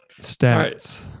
stats